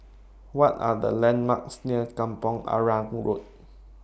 What Are The landmarks near Kampong Arang Road